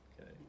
Okay